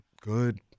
good